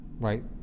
right